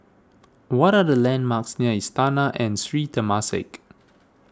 what are the landmarks near Istana and Sri Temasek